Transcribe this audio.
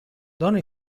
dona